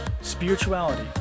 spirituality